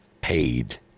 paid